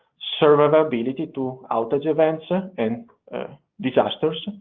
survivability to outage events ah and disasters,